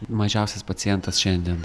mažiausias pacientas šiandien